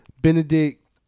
Benedict